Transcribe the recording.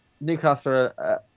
Newcastle